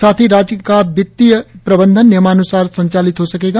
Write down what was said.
साथ ही राज्य का वित्तीय प्रबंधन नियमानूसार संचालित हो सकेगा